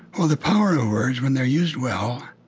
well, the power of words, when they're used well,